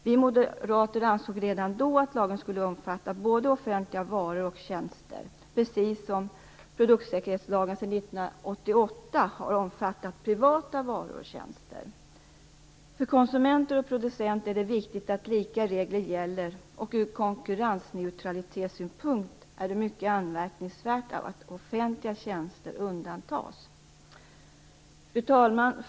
Vi moderater ansåg redan då att lagen borde omfatta både offentliga varor och offentliga tjänster, precis som produktsäkerhetslagen sedan 1988 har omfattat privata varor och tjänster. För konsumenter och producenter är det viktigt att lika regler gäller. Och ur konkurrensneutralitetssynpunkt är det mycket anmärkningsvärt att offentliga tjänster undantas. Fru talman!